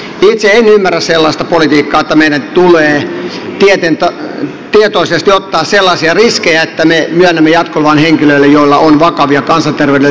itse en ymmärrä sellaista politiikkaa että meidän tulee tietoisesti ottaa sellaisia riskejä että me myönnämme jatkoluvan henkilöille joilla on vakavia kansanterveydellisiä sairauksia